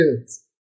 kids